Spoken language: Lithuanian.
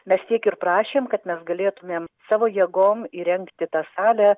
mes tiek ir prašėm kad mes galėtumėm savo jėgom įrengti tą salę